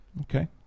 Okay